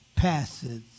Passes